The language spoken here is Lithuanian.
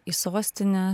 į sostinę